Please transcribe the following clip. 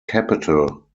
capital